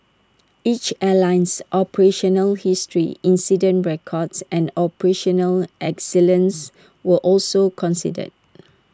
each airline's operational history incident records and operational excellence were also considered